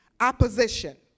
opposition